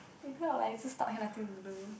if not like you also stuck here nothing to do